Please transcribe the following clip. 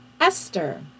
Esther